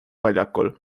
väljakul